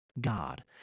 God